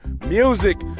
music